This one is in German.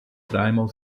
dreimal